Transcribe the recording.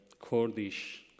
Kurdish